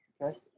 okay